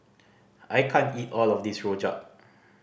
I can't eat all of this rojak